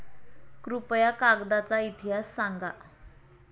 कृपया कागदाचा इतिहास सांगा